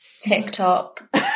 tiktok